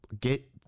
get